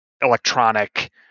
electronic